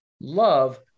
love